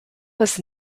was